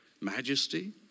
majesty